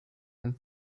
and